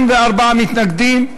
44 מתנגדים,